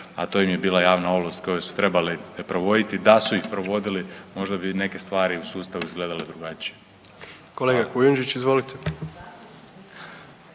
a to im je bila javna ovlast koju su trebali provoditi. Da su ih provodili možda bi neke stvari u sustavu izgledale drugačije. **Jandroković, Gordan